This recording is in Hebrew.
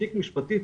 תיק משפטי,